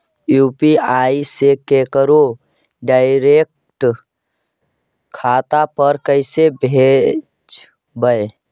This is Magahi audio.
यु.पी.आई से केकरो डैरेकट खाता पर पैसा कैसे भेजबै?